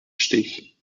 stich